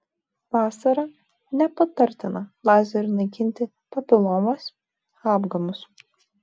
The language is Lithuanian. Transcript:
vasarą nepatartina lazeriu naikinti papilomas apgamus